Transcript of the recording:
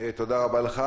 תודה רבה לך.